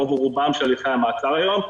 ברוב הליכי המעצר היום.